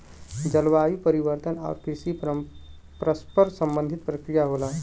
जलवायु परिवर्तन आउर कृषि परस्पर संबंधित प्रक्रिया होला